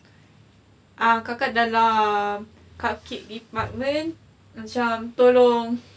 ah kakak dalam err cupcake department macam tolong